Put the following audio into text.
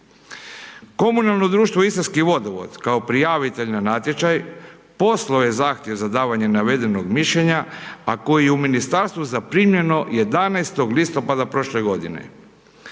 Komunalno društvo Istarski vodovod kao prijavitelj na natječaj, poslao je zahtjev za davanje navedenog mišljenja, a koji je u Ministarstvo zaprimljeno 11. listopada prošle godine.